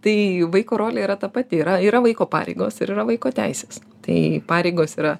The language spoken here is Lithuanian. tai vaiko rolė yra ta pati yra yra vaiko pareigos ir yra vaiko teisės tai pareigos yra